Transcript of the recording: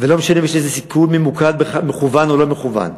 ולא משנה אם זה סיכול ממוקד מכוון או לא מכוון.